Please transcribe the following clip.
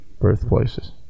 birthplaces